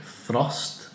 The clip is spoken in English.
thrust